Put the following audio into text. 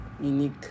unique